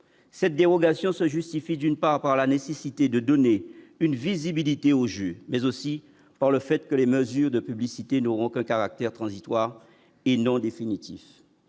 cette dérogation se justifie, d'une part par la nécessité de donner une visibilité au juges mais aussi par le fait que les mesures de publicité n'auront aucun caractère transitoire et non définitif,